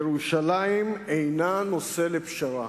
ירושלים אינה נושא לפשרה.